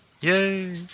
Yay